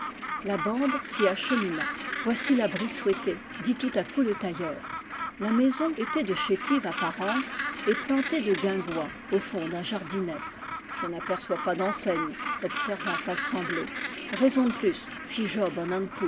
la bande s'y achemina voici l'abri souhaité dit tout à coup le tailleur la maison était de chétive apparence et plantée de guin gois au fond d'un jardinet je n'aperçois pas d'enseigne observa palsambleu raison de plus fit